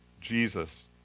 Jesus